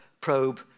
probe